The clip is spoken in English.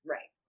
Right